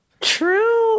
true